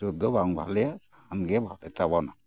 stock ᱫᱚ ᱵᱟᱝ ᱵᱷᱟᱞᱮᱭᱟ ᱥᱟᱦᱟᱱ ᱜᱮ ᱵᱷᱟᱞᱮ ᱛᱟᱵᱚᱱᱟ